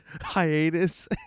hiatus